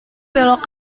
belok